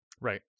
Right